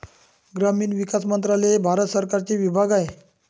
ग्रामीण विकास मंत्रालय हे भारत सरकारचे विभाग आहे